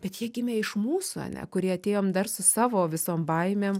bet jie gimė iš mūsų ane kuri atėjom dar su savo visom baimėm